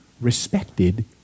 respected